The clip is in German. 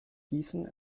gießen